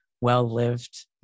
well-lived